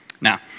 Now